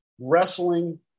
wrestling